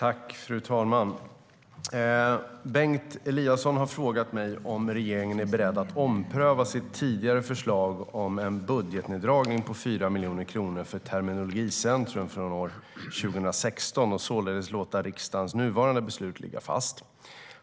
Fru talman! Bengt Eliasson har frågat mig om regeringen är beredd att ompröva sitt tidigare förslag om en budgetneddragning på 4 miljoner kronor för Terminologicentrum från 2016 och således låta riksdagens nuvarande beslut ligga fast.